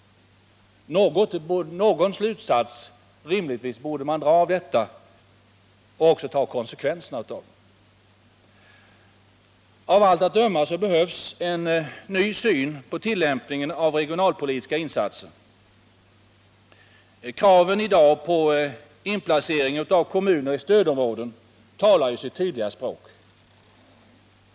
Någon slutsats borde man dra av detta och även ta konsekvenserna av denna slutsats. Av allt att döma behövs en ny syn på tillämpningen av regionalpolitiska insatser. Kraven i dag på inplacering av kommuner i stödområden talar sitt tydliga språk.